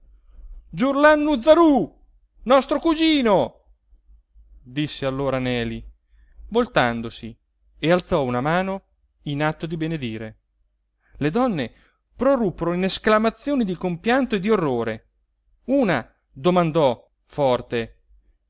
nostro cugino disse allora neli voltandosi e alzò una mano in atto di benedire le donne proruppero in esclamazioni di compianto e di orrore una domandò forte